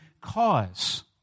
cause